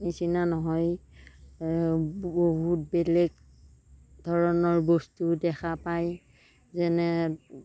নিচিনা নহয় বহুত বেলেগ ধৰণৰ বস্তু দেখা পায় যেনে